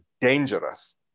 dangerous